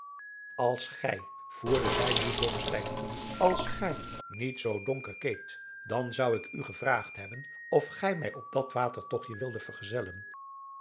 als gij voerde zij nu blommesteyn toe als gij niet zoo donker keekt dan zou ik u gevraagd hebben of gij mij op dat watertogtje wilde vergezellen